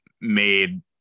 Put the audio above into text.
made